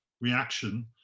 reaction